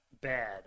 bad